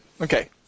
Okay